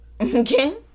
Okay